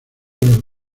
los